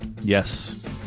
yes